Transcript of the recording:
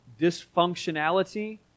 dysfunctionality